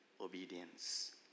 obedience